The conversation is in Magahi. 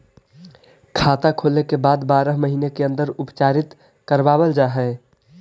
खाता खोले के बाद बारह महिने के अंदर उपचारित करवावल जा है?